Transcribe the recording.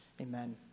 Amen